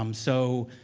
um so,